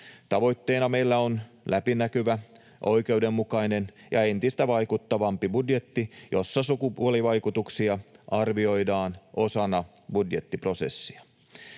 Tavoitteena meillä on läpinäkyvä, oikeudenmukainen ja entistä vaikuttavampi budjetti, jossa sukupuolivaikutuksia arvioidaan osana budjettiprosessia.